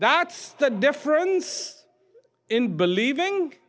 that's the difference in believing